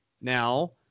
now